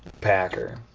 packer